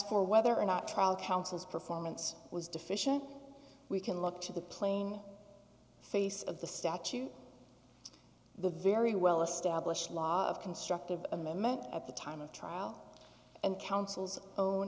for whether or not trial counsel's performance was deficient we can look to the plain face of the statute the very well established law of constructive amendment at the time of trial and counsel's own